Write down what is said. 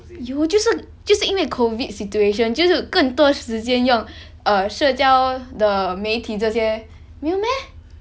有就是就是因为 COVID situation 就是更多时间用 err 社交的媒体这些没有 meh